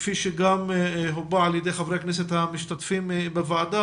כפי שגם הובע על ידי חברי הכנסת המשתתפים בוועדה,